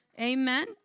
Amen